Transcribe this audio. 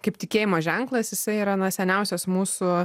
kaip tikėjimo ženklas jisai yra na seniausias mūsų